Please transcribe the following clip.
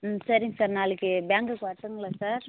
ம் சரிங்க சார் நாளைக்கு பேங்க்குக்கு வரட்டுங்களா சார்